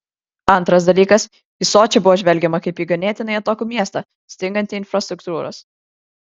antras dalykas į sočį buvo žvelgiama kaip į ganėtinai atokų miestą stingantį infrastruktūros